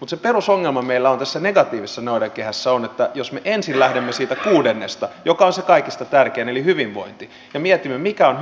mutta se perusongelma meillä tässä negatiivisessa noidankehässä on että jos me ensin lähdemme siitä kuudennesta joka on se kaikista tärkein eli hyvinvointi ja mietimme mikä on